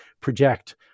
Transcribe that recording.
project